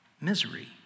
misery